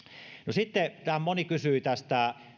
sitten täällä moni kysyi tästä